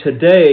today